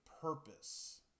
purpose